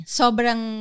sobrang